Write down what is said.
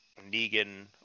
Negan